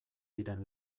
diren